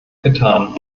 getan